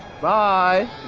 Bye